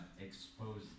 expose